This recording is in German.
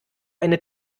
eine